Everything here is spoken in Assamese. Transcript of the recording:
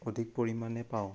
অধিক পৰিমাণে পাওঁ